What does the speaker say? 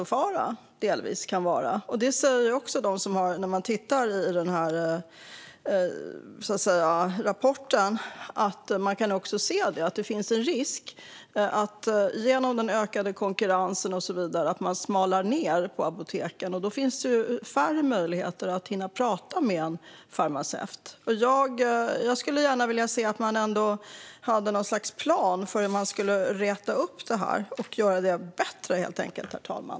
Det kan delvis vara en hälsofara. När man tittar i rapporten kan man också se att det finns en risk genom den ökade konkurrensen och så vidare att det smalas ned på apoteken. Då finns det färre möjligheter att hinna prata med en farmaceut. Jag skulle gärna vilja se att man hade något slags plan för hur man ska räta upp det och helt enkelt göra det bättre, herr talman.